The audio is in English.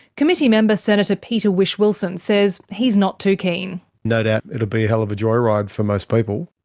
committee member senator peter whish-wilson says he's not too keen. no doubt it'll be a hell of a joyride for most people.